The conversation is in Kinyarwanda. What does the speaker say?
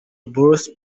bros